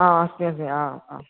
आ अस्ति अस्ति आम् आम्